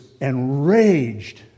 enraged